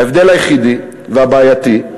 ההבדל היחידי, והבעייתי,